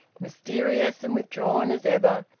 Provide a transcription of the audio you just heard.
mysterious and withdrawn as ever,